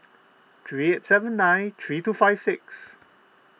three eight seven nine three two five six